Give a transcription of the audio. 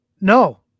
No